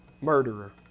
murderer